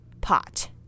pot